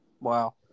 Wow